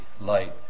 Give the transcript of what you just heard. light